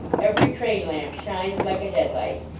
every train lamp shines like a head-light.